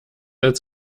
als